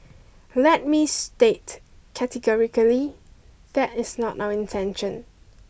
let me state categorically that is not our intention